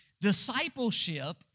Discipleship